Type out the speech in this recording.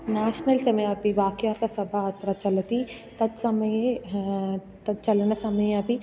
national समयति ये वाक्यार्थसभा अत्र चलति तत् समये तत् चलनसमये अपि